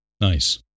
Nice